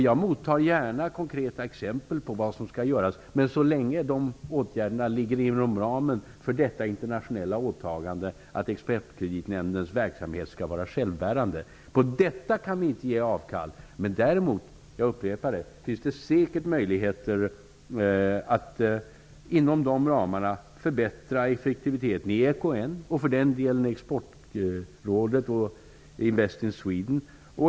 Jag mottar gärna konkreta exempel på vad som skall göras så länge de åtgärderna ligger inom ramen för det internationella åtagandet att Exportkreditnämndens verksamhet skall vara självbärande. Vi kan inte ge avkall på detta. Däremot finns det säkert möjligheter, jag upprepar det, att inom de ramarna förbättra effektiviteten i EKN, och även i Exportrådet och Invest in Sweden.